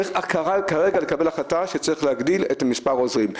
וכרגע צריכים לקבל החלטה שצריך להגדיל את מספר העוזרים.